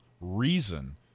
reason